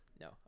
no